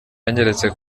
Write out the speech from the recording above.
yanyeretse